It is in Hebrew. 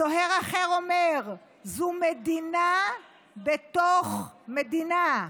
סוהר אחר אומר: זו מדינה בתוך מדינה.